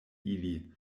ili